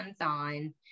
on